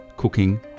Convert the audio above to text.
cooking